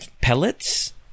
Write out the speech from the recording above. pellets